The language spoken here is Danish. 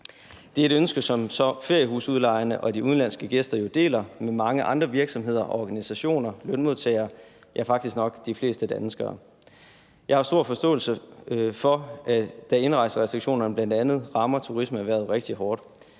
Det er et ønske, som feriehusudlejerne og de udenlandske gæster jo deler med mange andre virksomheder og organisationer, lønmodtagere, ja, faktisk nok de fleste danskere. Jeg har stor forståelse for, at indrejserestriktionerne bl.a. rammer turismeerhvervet rigtig hårdt.